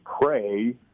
pray